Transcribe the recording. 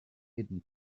hidden